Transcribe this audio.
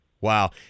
Wow